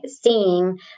seeing